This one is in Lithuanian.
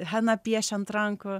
hena piešia ant rankų